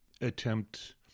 Attempt